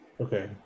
Okay